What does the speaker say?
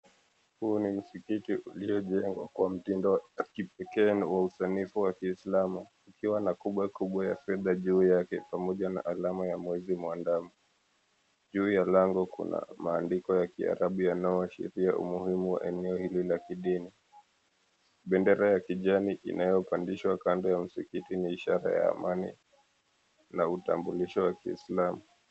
Huu ni msikiti uliojengwa kwa mtindo wa kipekee na wa usanifu wa kiislamu ukiwa na kubwe kubwa ya fedha juu yake pamoja na alama ya mwezi mwandamu. Juu ya lango kuna maandiko ya kiarabu yanayoashiria umuhimu wa eneo hili la kidini. Bendera ya kijani inayopandishwa kando ya msikiti ni ishara ya amani na utambulisho wa kiislamu.